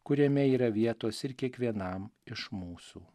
kuriame yra vietos ir kiekvienam iš mūsų